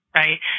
right